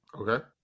Okay